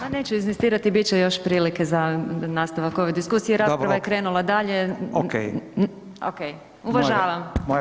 Ja neću inzistirati, bit će još prilike za nastavak ove diskusije, rasprava je krenula dalje, ok, uvažavam.